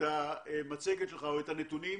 שעוסקת במשק האנרגיה.